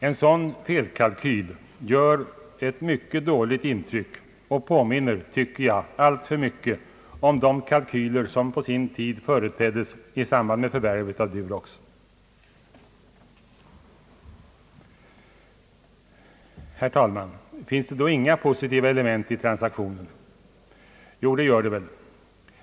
En sådan felkalkyl gör ett mycket dåligt intryck och påminner, tycker jag, alltför mycket om de kalkyler som på sin tid företeddes i samband med förvärvet av Durox. Herr talman! Finns det då inga positiva element i transaktionen? Jo, det gör det väl.